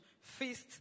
Feast